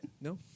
No